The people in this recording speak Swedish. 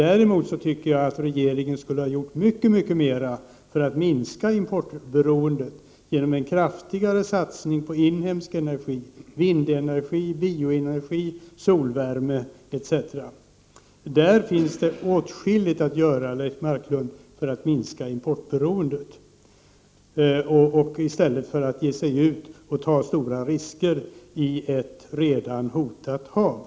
Däremot tycker jag att regeringen skulle ha gjort mycket mera för att minska importberoendet genom en kraftigare satsning på inhemsk energi, vindenergi, bioenergi, solvärme etc. På dessa områden finns det åtskilligt att göra, Leif Marklund, för att minska importberoendet. Det bör man således göra i stället för att ge sig in och ta större risker i ett redan hotat hav.